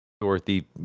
Dorothy